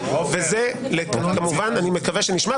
אני מודיע את סדרי הדיון,